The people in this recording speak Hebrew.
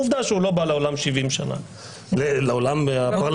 עובדה שהוא לא בא לעולם 70 שנה, לעולם הפרלמנטרי.